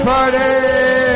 Party